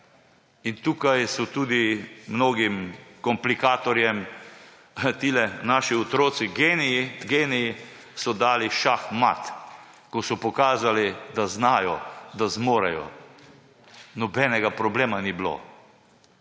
In tukaj so tudi mnogim komplikatorjem tile naši otroci geniji dali šah mat, ko so pokazali, da znajo, da zmorejo. Nobenega problema ni bilo.